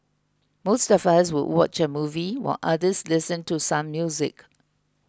most of us would watch a movie while others listen to some music